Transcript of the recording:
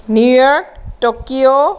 New York Tokyo